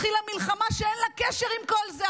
התחילה מלחמה שאין לה קשר עם כל זה,